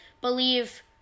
believe